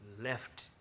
left